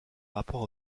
rapport